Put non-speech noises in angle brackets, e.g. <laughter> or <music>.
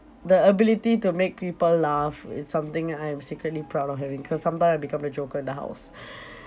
the ability to make people laugh it's something I am secretly proud of having cause sometimes I become the joker in the house <breath>